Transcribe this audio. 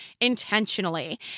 intentionally